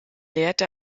lehrte